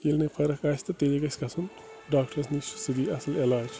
ییٚلہِ نہٕ فرق آسہِ تہٕ تیٚلی گژھِ گژھُن ڈاکٹرَس نِش تہٕ سُہ دی اَصٕل علاج